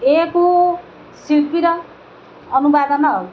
ଏହାକୁ ଶିଳ୍ପୀର ଅନୁବାଦନ